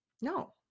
No